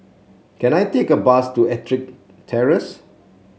can I take a bus to EttricK Terrace